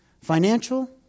financial